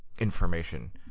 information